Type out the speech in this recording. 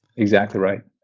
exactly right.